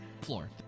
floor